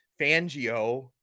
Fangio